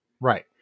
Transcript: Right